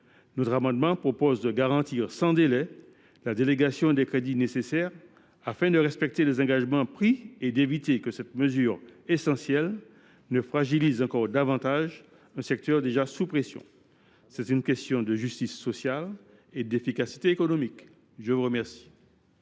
cet amendement, nous proposons de garantir sans délai la délégation des crédits nécessaires afin de respecter les engagements pris et d’éviter que cette mesure essentielle ne fragilise encore davantage un secteur déjà sous pression. C’est une question de justice sociale et d’efficacité économique. Quel